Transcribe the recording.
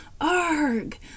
ARG